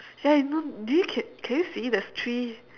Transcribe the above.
ya I know do you can can you see there's three